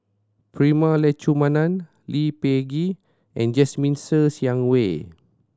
Prema Letchumanan Lee Peh Gee and Jasmine Ser Xiang Wei